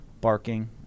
barking